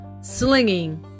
slinging